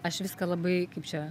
aš viską labai kaip čia